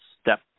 step